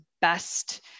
best